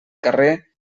carrer